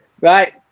Right